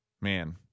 man